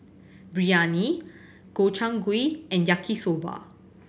Biryani Gobchang Gui and Yaki Soba